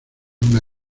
una